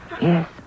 Yes